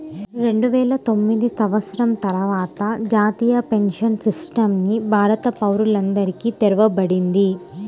రెండువేల తొమ్మిది సంవత్సరం తర్వాత జాతీయ పెన్షన్ సిస్టమ్ ని భారత పౌరులందరికీ తెరవబడింది